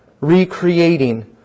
recreating